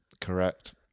Correct